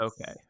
okay